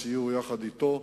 בסיור אתו,